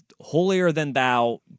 holier-than-thou